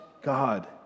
God